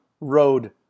road